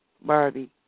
Barbie